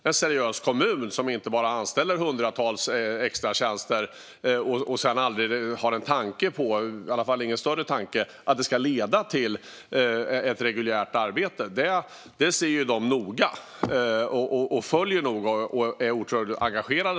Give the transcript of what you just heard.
Det ska inte bara vara fråga om att man anställer hundratals på extratjänster men sedan inte har någon större tanke att det ska leda till ett reguljärt arbete. De följer noga upp detta och är otroligt engagerade.